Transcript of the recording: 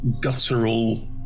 guttural